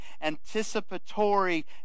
anticipatory